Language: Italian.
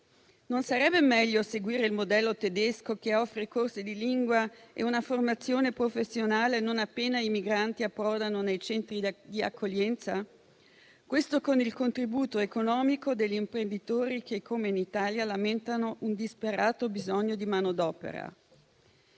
Non sarebbe meglio seguire il modello tedesco, che offre corsi di lingua e una formazione professionale non appena i migranti approdano nei centri di accoglienza? Questo con il contributo economico degli imprenditori che, come in Italia, lamentano un disperato bisogno di manodopera.